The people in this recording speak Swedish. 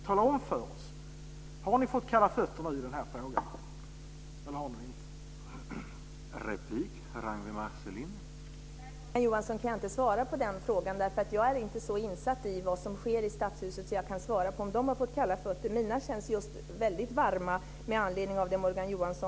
Tala om för oss: Har ni fått kalla fötter i den här frågan, eller har ni inte det?